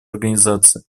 организации